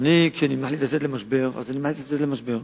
כשאני מחליט לצאת למשבר אני מחליט לצאת למשבר.